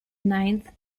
ninth